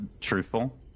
truthful